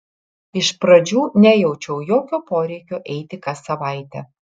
iš pradžių nejaučiau jokio poreikio eiti kas savaitę